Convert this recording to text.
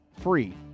free